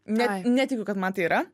ne netikiu kad man tai yra